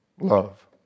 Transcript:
love